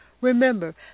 Remember